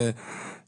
לא נתקדם וסתם נתעכב,